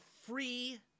free